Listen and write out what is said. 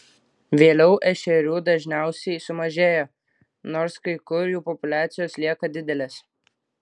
vėliau ešerių dažniausiai sumažėja nors kai kur jų populiacijos lieka didelės